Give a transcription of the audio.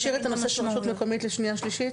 נשאיר את הנושא של רשות מקומית לשנייה שלישית?